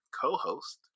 co-host